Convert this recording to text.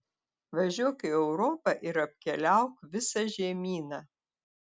važiuok į europą ir apkeliauk visą žemyną